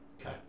Okay